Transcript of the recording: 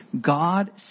God